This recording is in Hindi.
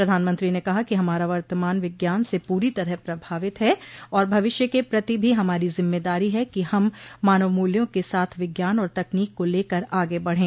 प्रधानमंत्री ने कहा कि हमारा वर्तमान विज्ञान से पूरी तरह प्रभावित है और भविष्य के प्रति भी हमारी जिम्मेदारी है कि हम मानव मूल्यों के साथ विज्ञान और तकनीक को लेकर आगे बढ़े